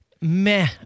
meh